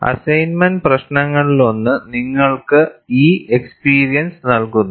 assignment പ്രശ്നങ്ങളിലൊന്ന് നിങ്ങൾക്ക് ഈ എക്സ്പീരിയൻസ് നൽകുന്നു